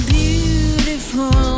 beautiful